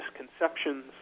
misconceptions